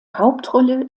hauptrolle